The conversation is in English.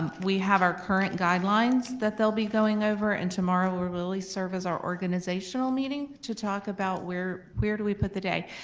we have our current guidelines that they'll be going over and tomorrow will really serve as our organizational meeting to talk about where where do we put the day?